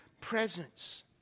presence